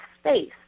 space